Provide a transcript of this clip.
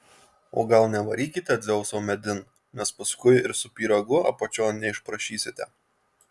o gal nevarykite dzeuso medin nes paskui ir su pyragu apačion neišprašysite